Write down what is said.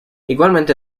igualmente